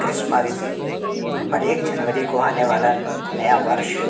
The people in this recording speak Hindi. क्रिसमस हरेक जनवरी को आने वाला नया वर्ष